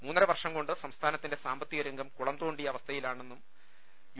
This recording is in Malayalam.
മൂന്നര വർഷം കൊണ്ട് സംസ്ഥാനത്തിന്റെ സാമ്പത്തിക രംഗം കുളംതോണ്ടിയ അവസ്ഥയിലായെന്നും യു